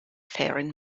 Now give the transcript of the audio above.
faring